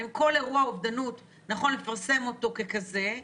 האם כל אירוע אובדנות נכון לפרסם ככזה.